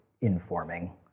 informing